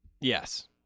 Yes